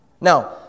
Now